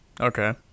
Okay